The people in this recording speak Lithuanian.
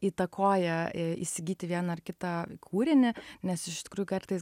įtakoja įsigyti vieną ar kitą kūrinį nes iš tikrųjų kartais